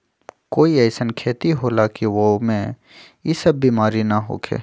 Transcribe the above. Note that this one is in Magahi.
कोई अईसन खेती होला की वो में ई सब बीमारी न होखे?